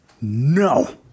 No